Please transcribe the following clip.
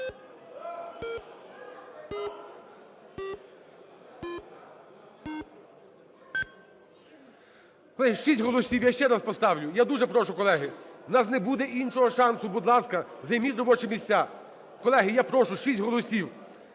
Колеги, 6 голосів, я ще раз поставлю. Я дуже прошу, колеги, у нас не буде іншого шансу. Будь ласка, займіть робочі місця. Колеги, я прошу, 6 голосів.